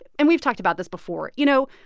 and we've talked about this before. you know,